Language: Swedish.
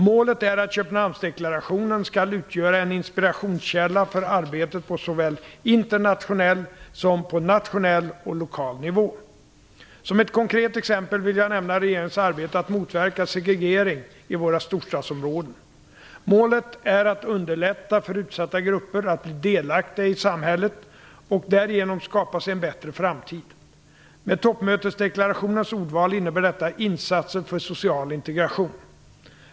Målet är att Köpenhamnsdeklarationen skall utgöra en inspirationskälla för arbetet såväl på internationell som på nationell och lokal nivå. Som ett konkret exempel vill jag nämna regeringens arbete att motverka segregering i våra storstadsområden. Målet är att underlätta för utsatta grupper att bli delaktiga i samhället och därigenom skapa sig en bättre framtid. Med toppmötesdeklarationens ordval innebär detta insatser för social integration.